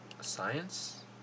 Science